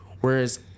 whereas